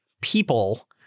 people